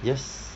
yes